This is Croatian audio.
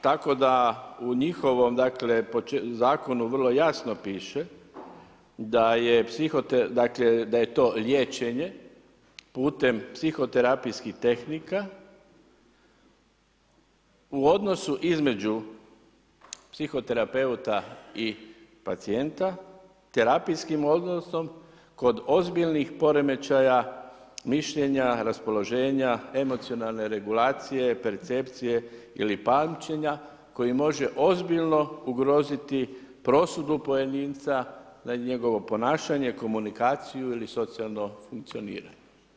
Tako da u njihovom dakle zakonu vrlo jasno piše da je psiho, dakle da je to liječenje putem psihoterapijskih tehnika u odnosu između psihoterapeuta i pacijenta, terapijskim odnosnom kod ozbiljnih poremećaja, mišljenja, raspoloženja, emocionalne regulacije, percepcije ili pamćenja koji može ozbiljno ugroziti prosudbu pojedinca na njegovo ponašanje, komunikaciju ili socijalno funkcioniranje.